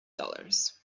dollars